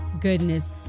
goodness